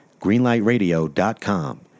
GreenLightRadio.com